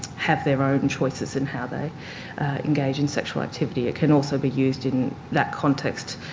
have their own choices in how they engage in sexual activity. it can also be used in that context,